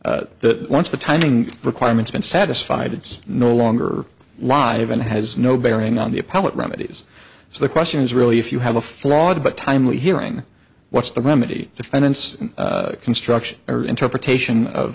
that once the timing requirements been satisfied it's no longer live and has no bearing on the appellate remedies so the question is really if you have a flawed but timely hearing what's the remedy defendant's construction or interpretation of